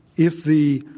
if the